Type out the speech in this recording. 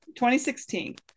2016